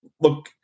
look